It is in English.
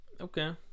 Okay